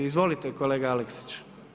Izvolite kolega Aleksić.